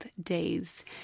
days